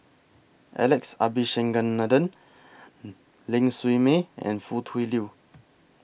Alex Abisheganaden Ling Siew May and Foo Tui Liew